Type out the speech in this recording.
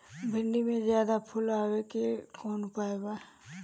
भिन्डी में ज्यादा फुल आवे के कौन उपाय बा?